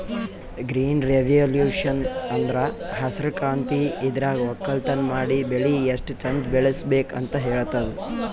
green revolution ಅಂದ್ರ ಹಸ್ರ್ ಕ್ರಾಂತಿ ಇದ್ರಾಗ್ ವಕ್ಕಲತನ್ ಮಾಡಿ ಬೆಳಿ ಎಷ್ಟ್ ಚಂದ್ ಬೆಳಿಬೇಕ್ ಅಂತ್ ಹೇಳ್ತದ್